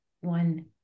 one